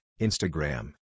Instagram